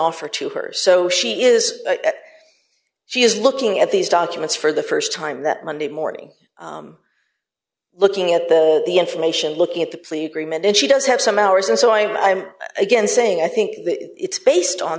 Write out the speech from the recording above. offer to her so she is she is looking at these documents for the st time that monday morning looking at the the information looking at the plea agreement and she does have some hours and so i'm i'm again saying i think it's based on